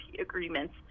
agreements